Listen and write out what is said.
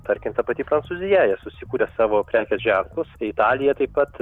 tarkim ta pati prancūzija jie susikuria savo prekių ženklus italiją taip pat